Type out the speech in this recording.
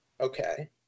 Okay